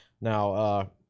now